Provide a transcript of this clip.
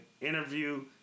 interview